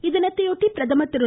இத்தினத்தையொட்டி பிரதமர் திரு